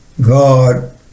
God